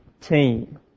team